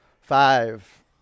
Five